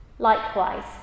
Likewise